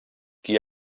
qui